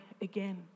again